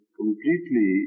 completely